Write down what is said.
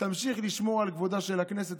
תמשיך לשמור על כבודה של הכנסת,